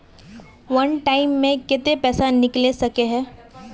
वन time मैं केते पैसा निकले सके है?